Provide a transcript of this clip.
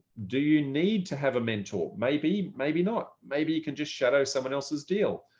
do you need to have a mentor? maybe, maybe not. maybe you can just shadow someone else's deal.